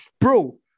Bro